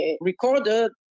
recorded